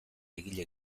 egile